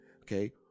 okay